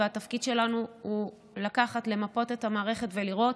והתפקיד שלנו הוא למפות את המערכת ולראות